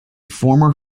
former